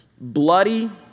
bloody